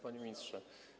Panie Ministrze!